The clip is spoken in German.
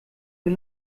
mir